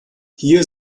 hier